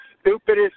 stupidest